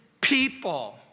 people